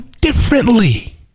differently